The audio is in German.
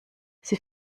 sie